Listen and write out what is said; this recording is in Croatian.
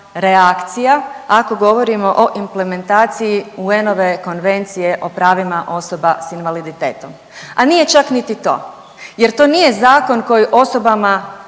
reakcija ako govorimo o implementaciji UN-ove Konvencije o pravima osoba s invaliditetom, a nije čak niti to jer to nije zakon koji osobama